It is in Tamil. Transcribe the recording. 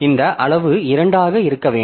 இந்த அளவு 2 ஆக இருக்க வேண்டும்